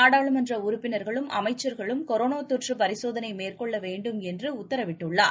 நாடாளுமன்ற உறுப்பினர்களும் அளம்ச்சர்களும் கொரோனா தொற்று பரிசோதனை மேற்கொள்ள வேண்டும் என்று உத்தரவிட்டுள்ளார்